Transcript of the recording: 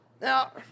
Now